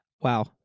Wow